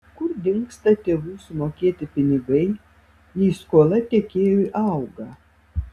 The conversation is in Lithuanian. kur dingsta tėvų sumokėti pinigai jei skola tiekėjui auga